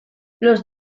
los